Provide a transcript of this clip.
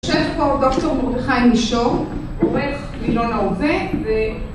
יושב פה דוקטור מרדכי מישור, עורך גיליון העובד